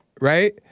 right